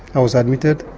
i was admitted.